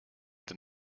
than